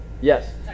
Yes